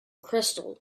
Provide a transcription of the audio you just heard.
crystal